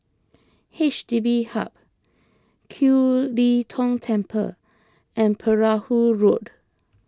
H D B Hub Kiew Lee Tong Temple and Perahu Road